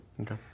Okay